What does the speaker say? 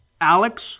Alex